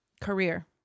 career